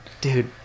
Dude